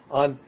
on